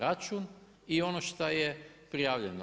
Račun i ono što je prijavljeno.